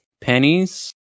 Pennies